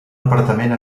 apartament